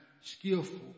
skillful